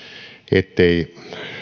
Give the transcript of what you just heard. ettei